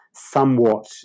somewhat